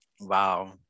wow